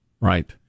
right